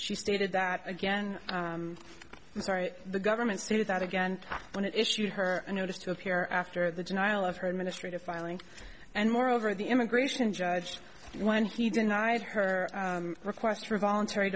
she stated that again i'm sorry the government stated that again when it issued her a notice to appear after the denial of her ministry to filing and moreover the immigration judge when he denied her request for voluntary